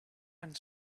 and